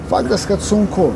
faktas kad sunku